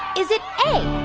is it a,